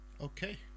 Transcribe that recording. Okay